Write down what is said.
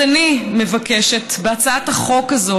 אז אני מבקשת בהצעת החוק הזאת,